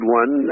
one